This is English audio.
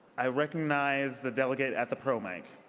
i recognize the delegate at the pro mic.